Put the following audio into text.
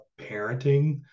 parenting